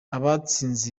abatsinze